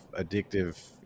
addictive